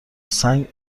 سنگ